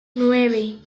nueve